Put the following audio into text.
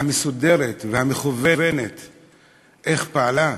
והמסודרת, והמכוונת פעלה,